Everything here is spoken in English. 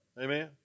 Amen